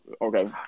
Okay